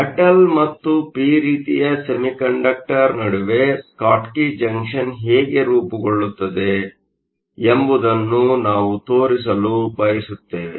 metal ಮತ್ತು P ರೀತಿಯ semiconductor ನಡುವೆ ಸ್ಕಾಟ್ಕಿ ಜಂಕ್ಷನ್ ಹೇಗೆ ರೂಪುಗೊಳ್ಳುತ್ತದೆ ಎಂಬುದನ್ನು ನಾವು ತೋರಿಸಲು ಬಯಸುತ್ತೇವೆ